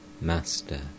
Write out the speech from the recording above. Master